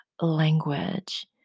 language